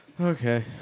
Okay